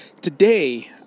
Today